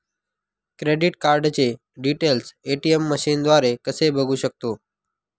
Credit कार्डचे details ATM मशीनद्वारे कसे बघू शकतो?